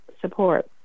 support